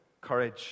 courage